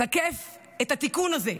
תקף את התיקון הזה,